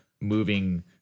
moving